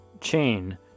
chain